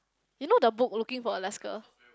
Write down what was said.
you know the book looking for Alaska